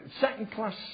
second-class